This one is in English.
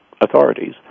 authorities